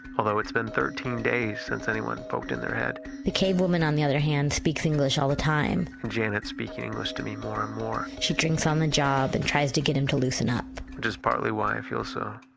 although it's been thirteen days since anyone poked in their head the cavewoman, on the other hand, speaks english all the time janet's speaking english to me more and more she drinks on the job, and tries to get him to loosen up. which is partly why i feel so,